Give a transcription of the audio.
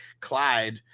Clyde